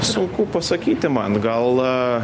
sunku pasakyti man gal